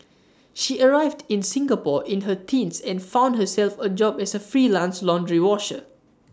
she arrived in Singapore in her teens and found herself A job as A freelance laundry washer